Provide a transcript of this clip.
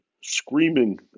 screaming